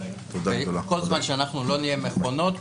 וכל זמן שאנחנו לא מכונות,